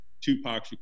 Tupac